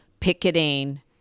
picketing